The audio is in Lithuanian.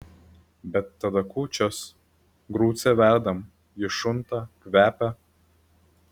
bet tada kūčios grucę verdam ji šunta kvepia